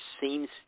seems